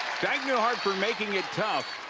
dyke new hartford making it tough